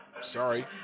Sorry